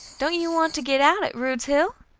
don't you want to get out at rude's hill?